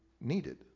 needed